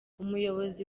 umuyobozi